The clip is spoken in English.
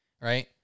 right